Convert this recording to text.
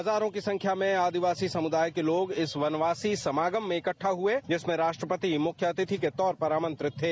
हजारों की संख्या में आदिवासी समुदाय के लोग इस वनवासी समागम में इकड्डा हुए जिसमें राष्ट्रपति मुख्य अतिथि के तौर पर आमंत्रित थे